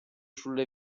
sulle